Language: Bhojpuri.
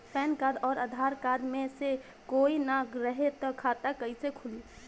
पैन कार्ड आउर आधार कार्ड मे से कोई ना रहे त खाता कैसे खुली?